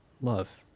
love